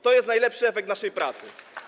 To jest najlepszy efekt naszej pracy.